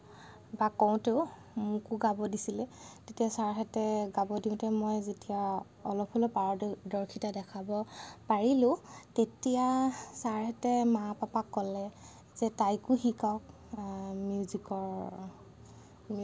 বা কওঁতেও মোকো গাব দিছিলে তেতিয়া ছাৰহঁতে গাব দিওঁতে মই যেতিয়া অলপ হ'লেও পাৰদৰ্শিতা দেখাব পাৰিলোঁ তেতিয়া ছাৰহঁতে মা পাপাক ক'লে যে তাইকো শিকাওক মিউজিকৰ